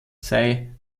sei